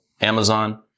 Amazon